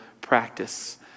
practice